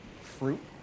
fruit